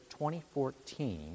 2014